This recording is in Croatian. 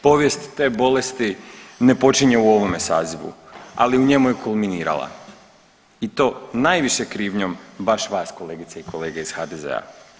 Povijest te bolesti ne počinje u ovome sazivu, ali u njemu je kulminirala i to najviše krivnjom baš vas kolegice i kolege iz HDZ-a.